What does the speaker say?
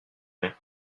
mer